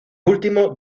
último